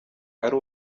ari